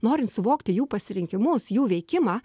norint suvokti jų pasirinkimus jų veikimą